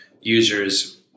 users